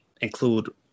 include